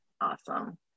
awesome